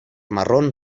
marrón